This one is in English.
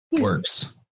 works